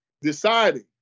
deciding